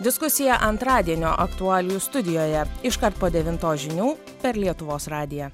diskusiją antradienio aktualijų studijoje iškart po devintos žinių per lietuvos radiją